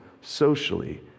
socially